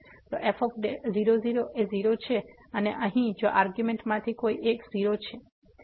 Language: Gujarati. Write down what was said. તો f0 0 એ 0 છે અને અહીં જો આર્ગ્યુંમેન્ટ માંથી કોઈ એક 0 છે